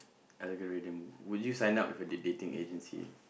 algorithm would you sign up with a date dating agency